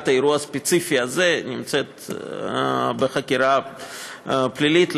האירוע הספציפי הזה נמצא בחקירה הפלילית,